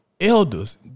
elders